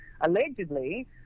allegedly